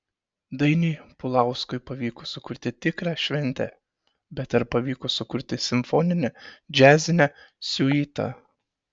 dainiui pulauskui pavyko sukurti tikrą šventę bet ar pavyko sukurti simfoninę džiazinę siuitą